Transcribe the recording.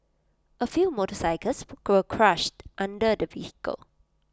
A few motorcycles were crushed under the vehicle